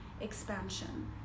expansion